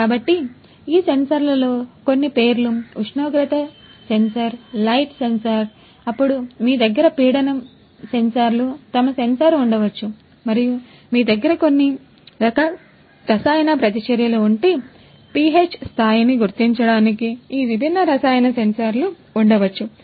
కాబట్టి ఈ సెన్సార్లలో కొన్ని పేర్లు ఉష్ణోగ్రత సెన్సార్ లైట్ సెన్సార్లు తేమ సెన్సార్ ఉండవచ్చు మరియు మీ దగ్గరకొన్ని రకాల రసాయన ప్రతిచర్యలు ఉంటే పిహెచ్ స్థాయిని గుర్తించడానికి ఈ విభిన్న రసాయన సెన్సార్లు ఉండవచ్చు